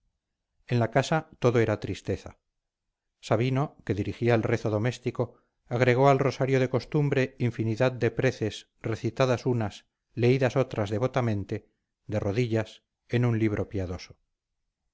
en la casa todo era tristeza sabino que dirigía el rezo doméstico agregó al rosario de costumbre infinidad de preces recitadas unas leídas otras devotamente de rodillas en un libro piadoso